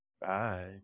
Bye